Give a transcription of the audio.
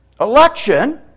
Election